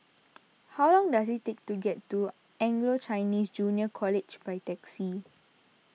how long does it take to get to Anglo Chinese Junior College by taxi